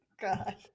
God